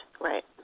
Right